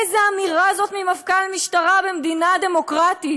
איזו אמירה זאת ממפכ"ל משטרה במדינה דמוקרטית?